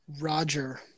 Roger